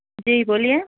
جی بولیے